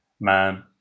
man